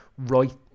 right